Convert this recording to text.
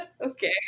Okay